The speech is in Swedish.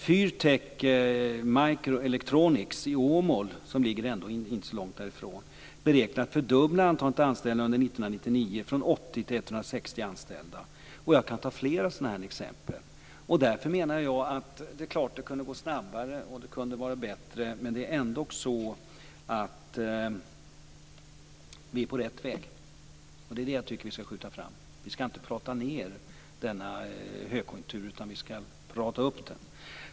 Fyrtech Microelectronics i Åmål, som inte ligger så långt därifrån, beräknar att fördubbla antalet anställda under 1999 från 80 till 160 anställda. Jag kan ta flera sådana exempel. Det är klart att det kunde gå snabbare och det kunde vara bättre. Men vi är ändå på rätt väg, och det tycker jag att vi skall skjuta fram. Vi skall inte "prata ned" denna högkonjunktur, vi skall "prata upp" den.